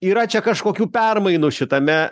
yra čia kažkokių permainų šitame